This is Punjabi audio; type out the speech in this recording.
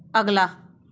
ਅਗਲਾ